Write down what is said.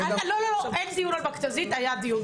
לא, אין דיון על מכת"זית, היה דיון.